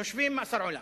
יושבים במאסר עולם.